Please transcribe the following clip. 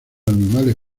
animales